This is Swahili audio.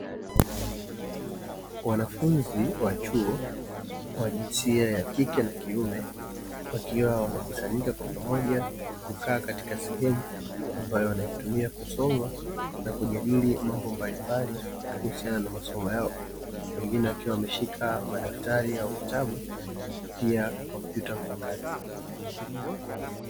Wanafunzi wa chuo wa jinsia ya kike na kiume wakiwa wamekusanyika kwa pamoja kukaa katika sehemu ambayo wanaitumia kusoma na kujadili mambo mbalimbali kuhusiana na masomo yao. Wengine wakiwa wameshika madaftari au vitabu, pia kompyuta mpakato.